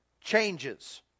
changes